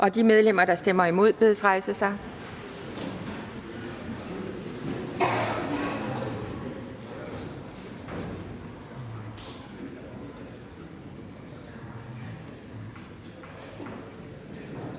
De medlemmer, der stemmer imod, bedes rejse sig.